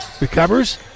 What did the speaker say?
Recovers